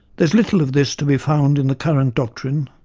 there is little of this to be found in the current doctrine,